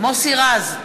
מוסי רז,